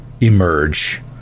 emerge